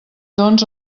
doncs